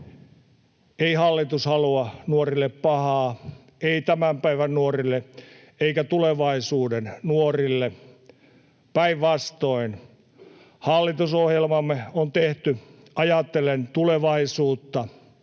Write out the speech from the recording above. Ei hallitus halua nuorille pahaa, ei tämän päivän nuorille eikä tulevaisuuden nuorille. Päinvastoin hallitusohjelmamme on tehty ajatellen tulevaisuutta.